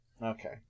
Okay